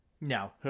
no